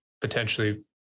potentially